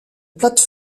plate